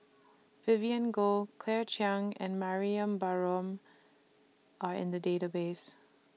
Vivien Goh Claire Chiang and Mariam Barome Are in The Database